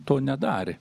to nedarė